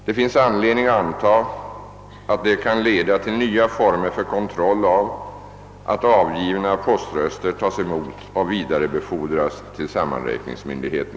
Det finns anledning att anta att detta kan leda till nya former för kontroll av att avgivna poströster tas emot och vidarebefordras till sammanräkningsmyndigheten.